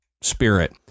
spirit